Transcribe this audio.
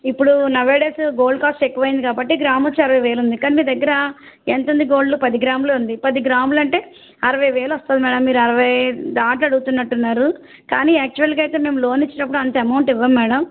ఇప్పుడు nowadays gold cost ఎక్కువయింది కాబట్టి గ్రామొచ్చి అరవై వేలు ఉంది కానీ మీ దగ్గర ఎంత ఉంది గోల్డ్ పది గ్రాముల ఉంది పది గ్రాములు అంటే అరవై వేలు వస్తుంది మేడం అరవై దాటి అడుగుతున్నట్టున్నారు కానీ యచ్యువల్గా అయితే మేము లోను ఇచ్చినప్పుడు అంత అమౌంట్ ఇవ్వము మేడం